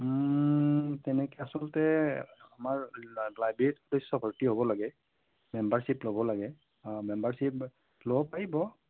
তেনেকৈ আচলতে আমাৰ লাইব্ৰেৰীত সদস্য ভৰ্তি হ'ব লাগে মেম্বাৰশ্বিপ ল'ব লাগে মেম্বাৰশ্বিপ ল'ব পাৰিব